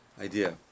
idea